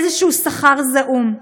מאיזה שכר זעום.